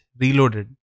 reloaded